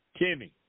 Kimmy